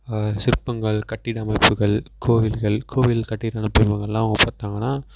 சிற்பங்கள் கட்டட அமைப்புகள் கோவில்கள் கோவில் கட்டட அமைப்புகள் இவங்கெல்லாம் பார்த்தாங்கனா